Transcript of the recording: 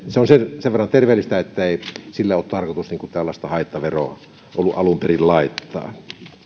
se on niin sanotusti sen verran terveellistä että ei sille ole ollut tarkoitus tällaista haittaveroa alun perin laittaa